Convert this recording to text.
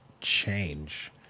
change